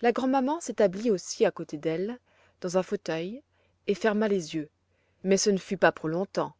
la grand'maman s'établit aussi à côté d'elle dans un fauteuil et ferma les yeux mais ce ne fut pas pour longtemps